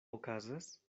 okazas